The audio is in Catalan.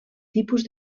tipus